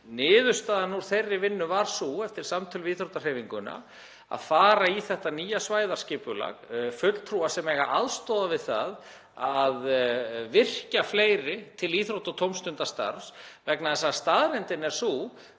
Niðurstaðan úr þeirri vinnu varð sú, eftir samtöl við íþróttahreyfinguna, að fara í þetta nýja svæðaskipulag og eiga fulltrúar að aðstoða við það að virkja fleiri til íþrótta- og tómstundastarfs, vegna þess að staðreyndin er að